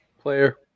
Player